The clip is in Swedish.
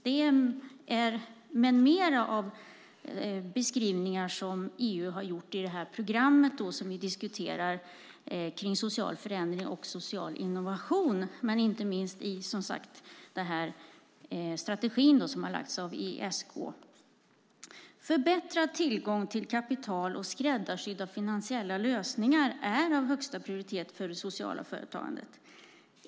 Detta med mera är beskrivningar som EU har gjort i det program som vi diskuterar kring social förändring och social innovation, men inte minst som sagt i den strategi som har lagts fram av EESK. Förbättrad tillgång till kapital och skräddarsydda finansiella lösningar är av högsta prioritet för det sociala företagandet.